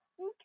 Eat